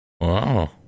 Wow